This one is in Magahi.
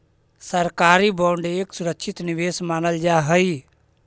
सरकारी बांड एक सुरक्षित निवेश मानल जा हई